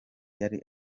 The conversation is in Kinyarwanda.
yari